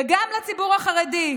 וגם לציבור החרדי.